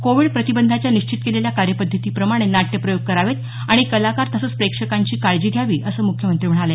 Covid प्रतिबंधाच्या निश्चित केलेल्या कार्यपद्धतीप्रमाणे नाट्य प्रयोग करावेत आणि कलाकार तसंच प्रेक्षकांची काळजी घ्यावी असं मुख्यमंत्री म्हणाले